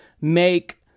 make